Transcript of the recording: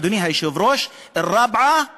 אדוני היושב-ראש: "א-ראבעה קאבעה",